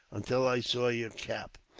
until i saw your cap.